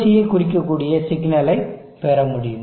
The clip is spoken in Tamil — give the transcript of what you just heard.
ஐ குறிக்கக்கூடிய சிக்னலை பெற முடியுமா